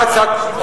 עלתה הצעת חוק,